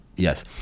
Yes